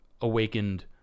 awakened